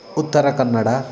Uttara Kannada